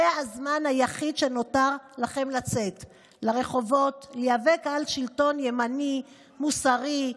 זה הזמן היחיד שנותר לכם לצאת לרחובות להיאבק על שלטון ימני מוסרי,